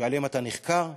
שעליהם אתה נחקר,